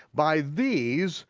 by these,